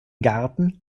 garten